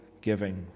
giving